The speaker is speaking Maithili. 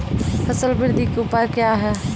फसल बृद्धि का उपाय क्या हैं?